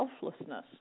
selflessness